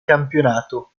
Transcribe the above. campionato